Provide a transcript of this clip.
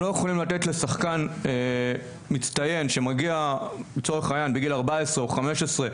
לא יכולים לתת לשחקן מצטיין שמגיע לצורך העניין בגיל 14 או 15,